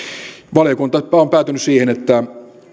valiokunta on päätynyt siihen että